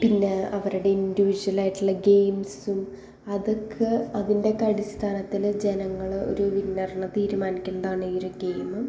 പിന്നെ അവരുടെ ഇൻഡിവിജ്വൽ ആയിട്ടുള്ള ഗെയിംസും അതൊക്കെ അതിൻ്റെ ഒക്കെ അടിസ്ഥാനത്തിൽ ജനങ്ങൾ ഒരു വിന്നറിനെ തീരുമാനിക്കുന്നതാണീ ഒരു ഗെയിം